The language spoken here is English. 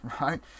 right